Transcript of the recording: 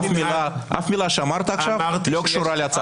מילה שאמרת עכשיו לא קשורה להצעת החוק.